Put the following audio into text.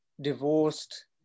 divorced